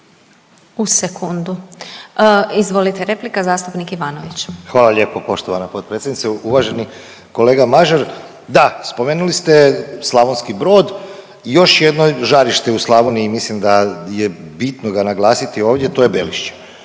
U sekundu. Izvolite, replika, zastupnik Ivanović. **Ivanović, Goran (HDZ)** Hvala lijepo poštovana potpredsjednice. Uvaženi kolega Mažar, da, spomenuli ste Slavonski Brod i još jedno žarište u Slavoniji mislim da je bitno ga naglasiti ovdje, a to je Belišće.